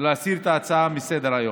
להסיר את ההצעה מסדר-היום.